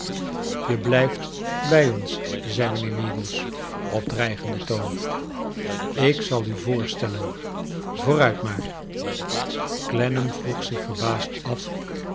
je blijft bij oris zei mijnheei meagles op dreigenden toon ik zal u voorstellen vooruit maar clennam vroeg zich verbaasd af